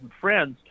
friends